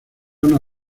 una